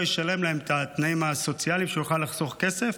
ישלם להם את התנאים הסוציאליים ושהוא יוכל לחסוך כסף.